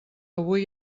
avui